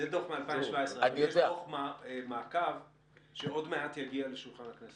זה דוח מ-2017 ויש גם דוח מעקב שיגיע בקרוב לשולחן הכנסת.